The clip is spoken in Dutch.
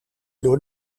door